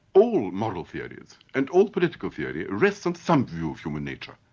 all moral theories, and all political theory rests on some view of human nature.